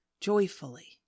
joyfully